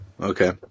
Okay